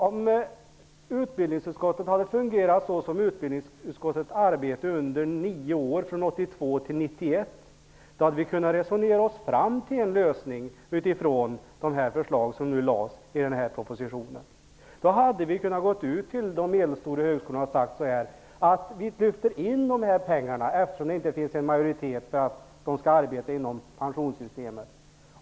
Om utbildningsutskottet hade fungerat så som utskottet arbetade under de nio åren mellan 1982 och 1991, hade vi kunnat resonera oss fram till en lösning med utgångspunkt i de förslag som hade lagts fram i propositionen. Då hade vi kunnat gå ut till de medelstora högskolorna och sagt att pengarna lyfts in eftersom det inte finns en majoritet för att de skall arbeta inom pensionssystemet.